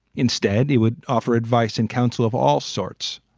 instead, he would offer advice and counsel of all sorts.